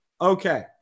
Okay